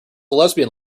lesbian